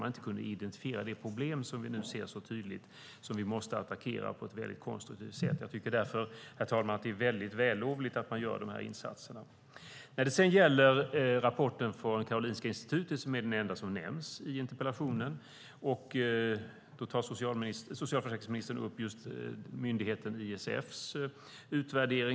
Man kunde inte identifiera det problem som vi nu så tydligt ser och som vi måste attackera på ett konstruktivt sätt. Jag tycker därför att det är vällovligt att man gör dessa insatser. Rapporten från Karolinska Institutet är den enda som nämns i interpellationen.